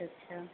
अच्छ अच्छा